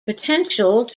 potential